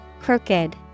Crooked